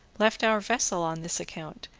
left our vessel on this account,